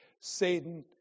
Satan